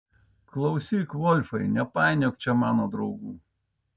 klausyk volfai nepainiok čia mano draugų